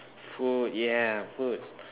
food yeah food